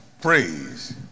praise